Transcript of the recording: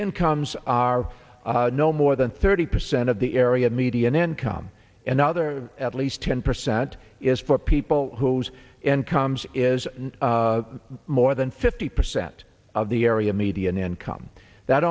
incomes are no more than thirty percent of the area median income and other at least ten percent is for people whose incomes is more than fifty percent of the area median income that